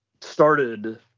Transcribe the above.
started